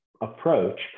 approach